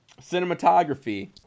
Cinematography